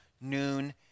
noon